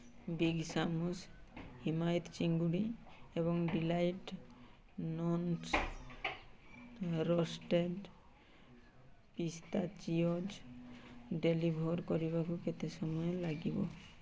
big Sam's ହିମାୟିତ ଚିଙ୍ଗୁଡ଼ି ଏବଂ delight nuts roasted pistachios deliver କରିବାକୁ କେତେ ସମୟ ଲାଗିବ